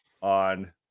on